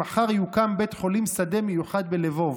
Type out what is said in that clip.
שמחר יוקם בית חולים שדה מיוחד בלבוב,